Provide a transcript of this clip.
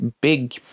big